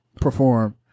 perform